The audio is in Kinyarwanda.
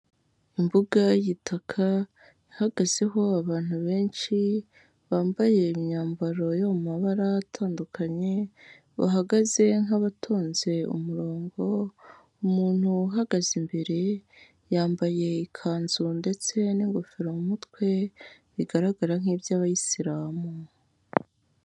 Imbuga y'itaka, ihagazeho abantu benshi bambaye imyambaro yo mu mabara atandukanye, bahagaze nk'abatonze umurongo, umuntu uhagaze imbere yambaye ikanzu ndetse n'ingofero mu mutwe, bigaragara nk'iby'abayisilamu.